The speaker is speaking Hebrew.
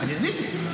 אני עניתי.